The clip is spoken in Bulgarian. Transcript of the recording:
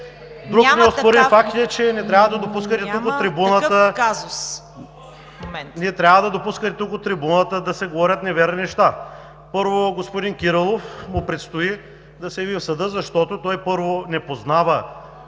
Друг неоспорим факт е, че не трябва да допускате тук, от трибуната, да се говорят неверни неща. Първо, на господин Кирилов му предстои да се яви в съда, защото той не познава